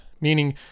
meaning